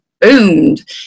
boomed